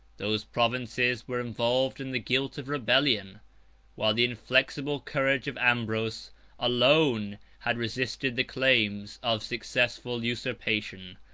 those provinces were involved in the guilt of rebellion while the inflexible courage of ambrose alone had resisted the claims of successful usurpation.